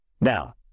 Now